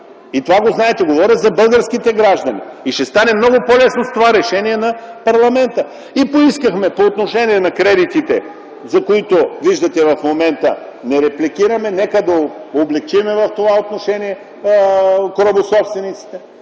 Това го знаете. Говоря за българските граждани. И ще стане много по-лесно с това решение на парламента! Поискахме по отношение на кредитите, за които виждате в момента, че не репликираме - нека да облекчим в това отношение корабособствениците,